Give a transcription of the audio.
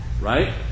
right